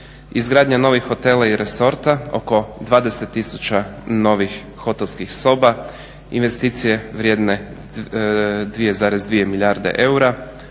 izgradnja novih hotela i resora, oko 20 000 novih hotelskih soba, investicije vrijedne 2,2 milijarde eura,